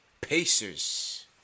Pacers